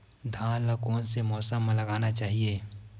धान ल कोन से मौसम म लगाना चहिए?